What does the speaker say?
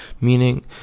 Meaning